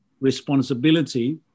responsibility